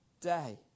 day